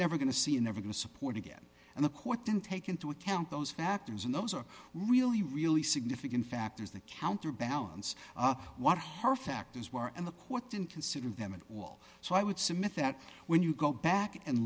never going to see in never going to support again and the court didn't take into account those factors and those are really really significant factors that counterbalance what her factors were and the court didn't consider them at all so i would submit that when you go back and